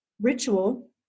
ritual